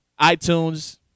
iTunes